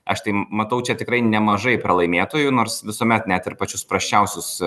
aš tai matau čia tikrai nemažai pralaimėtojų nors visuomet net ir pačius prasčiausius